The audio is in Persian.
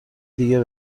دیگه